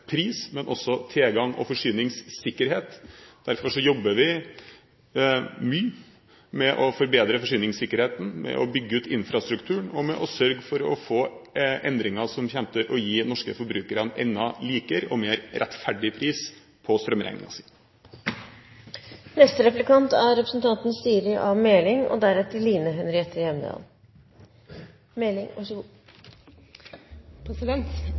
pris, men også tilgang og forsyningssikkerhet. Derfor jobber vi mye med å forbedre forsyningssikkerheten, med å bygge ut infrastruktur og med å sørge for å få endringer som kommer til å gi norske forbrukere enda likere og mer rettferdig pris på strømmen. Statsråden var inne på den store usikkerheten som er ute i verden, og